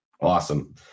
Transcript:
Awesome